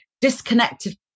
disconnected